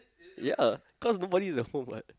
ya cause nobody is at home what